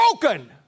broken